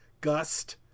gust